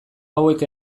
hauek